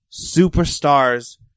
superstars